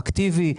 אקטיבי,